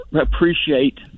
appreciate